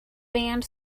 band